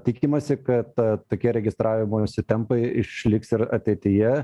tikimasi kad tokie registravimosi tempai išliks ir ateityje